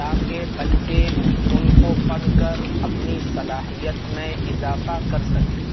تا کہ بچّے ان کو پڑھ کر اپنی صلاحیت میں اضافہ کر سکے